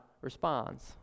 responds